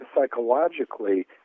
psychologically